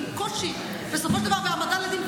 עם קושי בסופו של דבר בהעמדה לדין,